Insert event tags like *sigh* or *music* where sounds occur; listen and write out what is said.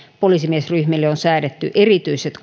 poliisimiesryhmille on säädetty erityiset *unintelligible*